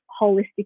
holistic